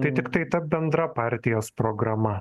tai tiktai ta bendra partijos programa